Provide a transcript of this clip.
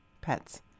pets